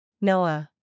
Noah